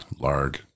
Larg